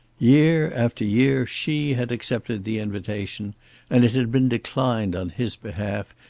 year after year she had accepted the invitation and it had been declined on his behalf,